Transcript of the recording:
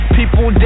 people